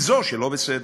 היא זו שלא בסדר.